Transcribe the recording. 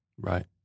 Right